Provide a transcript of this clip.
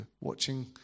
watching